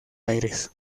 aires